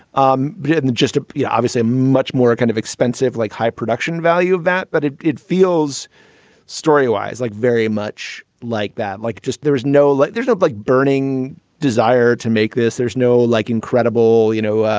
um yeah and the just. ah yeah obviously much more kind of expensive like high production value of that. but it it feels storywise like very much like that. like just there's no like there's no big burning desire to make this. there's no, like, incredible, you know,